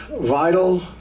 vital